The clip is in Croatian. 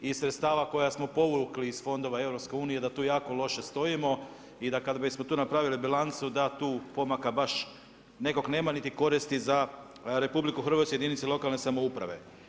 i sredstava koja smo povukli iz fondova EU da tu jako loše stojimo i da kada bismo tu napravili bilancu da tu pomaka baš nekog nema niti koristi za RH, jedinice lokalne samouprave.